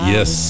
Yes